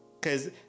Cause